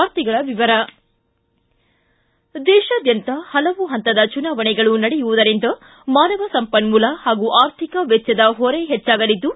ವಾರ್ತೆಗಳ ವಿವರ ದೇಶಾದ್ಯಂತ ಹಲವು ಹಂತದ ಚುನಾವಣೆಗಳು ನಡೆಯುವುದರಿಂದ ಮಾನವ ಸಂಪನ್ಮೂಲ ಹಾಗೂ ಆರ್ಥಿಕ ವೆಚ್ಚದ ಹೊರೆ ಹೆಚ್ಚಾಗಲಿದ್ದು